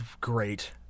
great